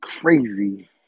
crazy